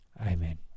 Amen